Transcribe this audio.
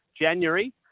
January